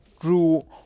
drew